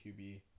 QB